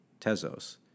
Tezos